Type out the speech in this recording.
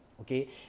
Okay